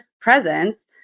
presence